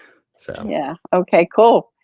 so. yeah, okay, cool.